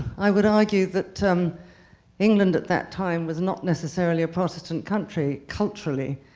i would argue that um england at that time was not necessarily a protestant country culturally,